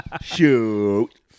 Shoot